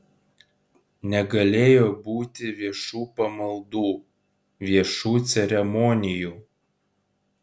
negalėjo būti viešų pamaldų viešų ceremonijų